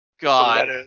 god